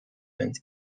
bent